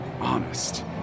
honest